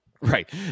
right